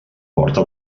porta